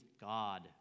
God